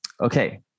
Okay